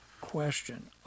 question